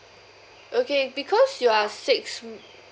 okay because you are six